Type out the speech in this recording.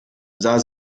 sah